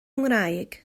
ngwraig